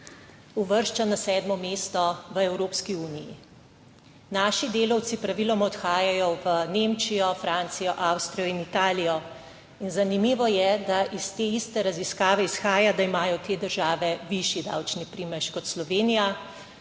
uvršča se na sedmo mesto v Evropski uniji. Naši delavci praviloma odhajajo v Nemčijo, Francijo, Avstrijo in Italijo. In zanimivo je, da iz te iste raziskave izhaja, da imajo te države višji davčni primež kot Slovenija,